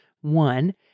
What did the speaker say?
One